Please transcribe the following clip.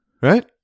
right